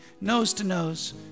nose-to-nose